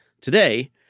Today